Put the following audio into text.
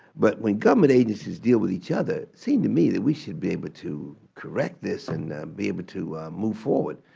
but when government agencies deal with each other, it seems to me that we should be able to correct this and be able to move forward.